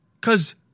Cause